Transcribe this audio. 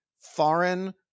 foreign